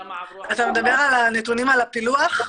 כמה עברו --- אתה מדבר על הפילוח של הנתונים?